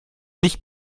nicht